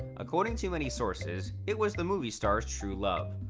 according to many sources, it was the movie star's true love.